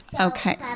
Okay